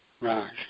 Raj